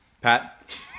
Pat